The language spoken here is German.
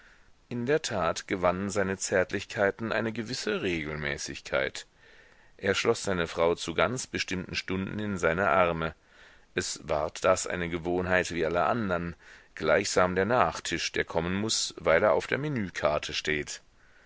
in der tat gewannen seine zärtlichkeiten eine gewisse regelmäßigkeit er schloß seine frau zu ganz bestimmten stunden in seine arme es ward das eine gewohnheit wie alle andern gleichsam der nachtisch der kommen muß weil er auf der menükarte steht